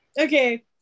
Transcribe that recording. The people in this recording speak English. okay